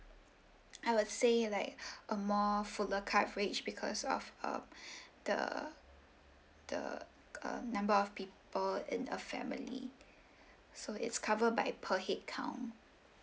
I would say like a more fuller coverage because of uh the the uh number of people in a family so it's covered by per head count